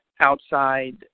outside